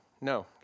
No